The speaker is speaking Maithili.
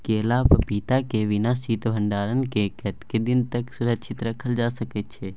केला आ पपीता के बिना शीत भंडारण के कतेक दिन तक सुरक्षित रखल जा सकै छै?